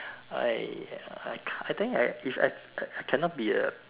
I uh I can't I think I if I cannot be a